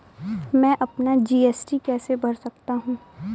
मैं अपना जी.एस.टी कैसे भर सकता हूँ?